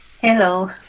Hello